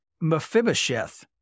Mephibosheth